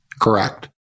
Correct